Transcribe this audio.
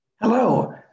Hello